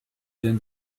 denn